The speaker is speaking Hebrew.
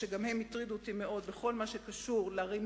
שגם הן הטרידו אותי מאוד בכל מה שקשור לרמיסה